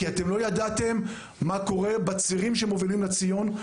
כי לא ידעתם מה קורה בצירים שמובילים לציון,